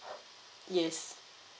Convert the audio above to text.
yes